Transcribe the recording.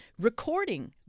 recording